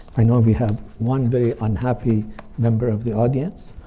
i know we have one very unhappy member of the audience.